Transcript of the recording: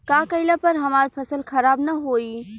का कइला पर हमार फसल खराब ना होयी?